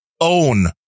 own